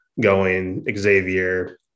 going—Xavier